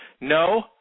no